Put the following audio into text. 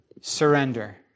surrender